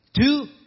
Two